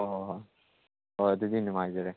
ꯍꯣ ꯍꯣ ꯍꯣ ꯍꯣꯏ ꯑꯗꯨꯗꯤ ꯅꯨꯡꯉꯥꯏꯖꯔꯦ